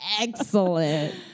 excellent